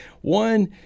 one